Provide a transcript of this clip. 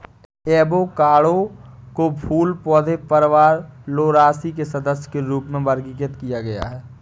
avocado को फूल पौधे परिवार लौरासी के सदस्य के रूप में वर्गीकृत किया गया है